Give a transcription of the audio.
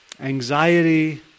anxiety